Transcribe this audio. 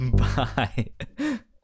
bye